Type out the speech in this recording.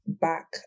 Back